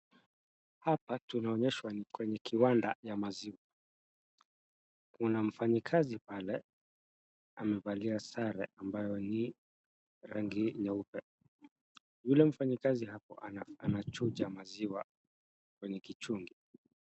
Hapa tunaonyeshwa ni kwenye kiwanda ya maziwa. Kuna mfanyakazi pale amevalia sare ambayo ni rangi nyeupe. Yule mfanyakazi hapo anachuja maziwa kwenye kichungi.